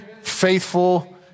faithful